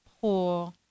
poor